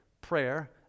prayer